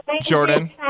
Jordan